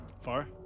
Far